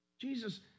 Jesus